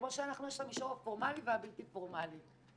כמו שיש את המישור הפורמאלי והבלתי פורמאלי.